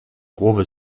głowy